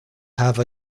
have